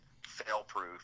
fail-proof